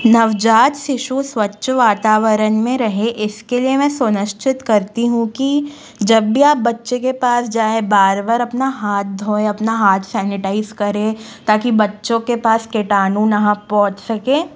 नवजात शिशु स्वच्छ वातावरण में रहे इसके लिए मैं सुनिश्चित करती हूँ कि जब भी आप बच्चे के पास जाएँ बार बार अपना हाथ धोएँ अपना हाथ सेनिटाइज़ करें ताकि बच्चों के पास कीटाणु ना पहुंचे सके